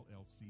LLC